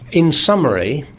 in summary,